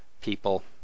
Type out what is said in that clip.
people